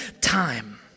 time